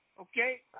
Okay